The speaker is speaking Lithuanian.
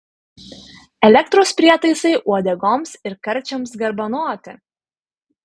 elektros prietaisai uodegoms ir karčiams garbanoti